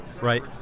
right